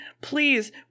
please